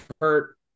hurt